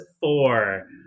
four